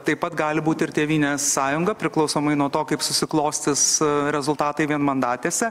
taip pat gali būti ir tėvynės sąjunga priklausomai nuo to kaip susiklostys rezultatai vienmandatėse